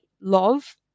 love